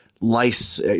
lice